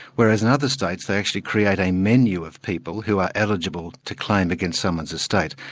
whereas in other states they actually create a menu of people who are eligible to claim against someone's estate.